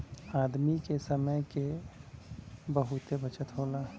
आदमी के समय क बहुते बचत होला